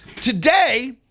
Today